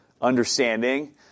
understanding